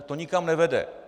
To nikam nevede.